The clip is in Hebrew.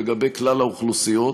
לגבי כלל האוכלוסיות.